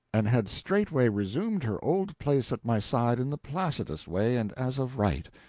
and had straightway resumed her old place at my side in the placidest way and as of right.